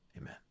Amen